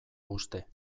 uste